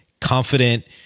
confident